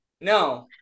no